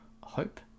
Hope